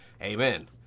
amen